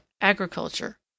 agriculture